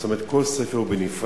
זאת אומרת, כל ספר הוא בנפרד.